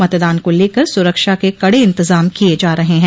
मतदान को लेकर स्रक्षा के कड़े इंतजाम किये जा रहे है